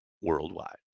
worldwide